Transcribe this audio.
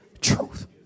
truth